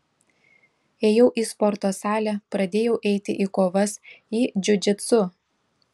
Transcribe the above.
ėjau į sporto salę pradėjau eiti į kovas į džiudžitsu